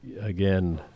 again